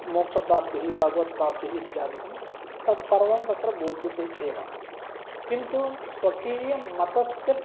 मोक्षप्राप्तिः भगवत्प्राप्तिः इत्यादिकं तत्सर्वं तत्र बोध्यते एव किन्तु स्वकीयमतस्य